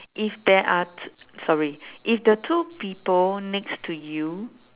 if there are t~ sorry if the two people next to you